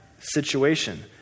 situation